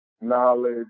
knowledge